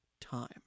time